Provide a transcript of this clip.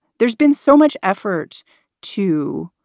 there's been so much effort to.